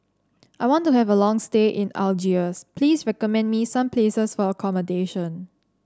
I want to have a long stay in Algiers please recommend me some places for accommodation